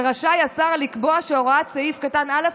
ורשאי השר לקבוע שהוראות סעיף קטן (א)